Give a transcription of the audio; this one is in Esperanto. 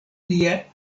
lia